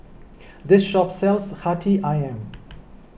this shop sells Hati Ayam